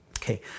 Okay